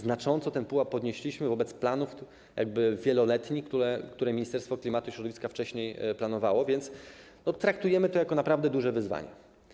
Znacząco ten pułap podnieśliśmy wobec planów wieloletnich, które Ministerstwo Klimatu i Środowiska wcześniej miało, więc traktujemy to jako naprawdę duże wyzwanie.